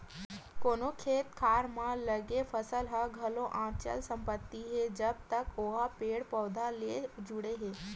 कोनो खेत खार म लगे फसल ह घलो अचल संपत्ति हे जब तक ओहा पेड़ पउधा ले जुड़े हे